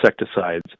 insecticides